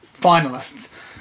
finalists